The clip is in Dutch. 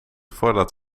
voordat